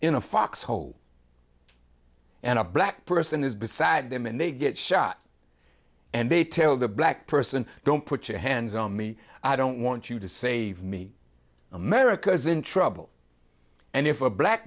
in a foxhole and a black person is beside them and they get shot and they tell the black person don't put your hands on me i don't want you to save me america is in trouble and if a black